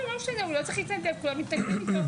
אומרים לא משנה הוא לא צריך להתנדב כולם מתנדבים איתו,